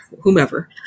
whomever